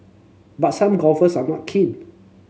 but some golfers are not keen